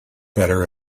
better